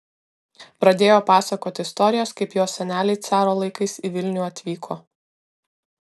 pradėjo pasakoti istorijas kaip jos seneliai caro laikais į vilnių atvyko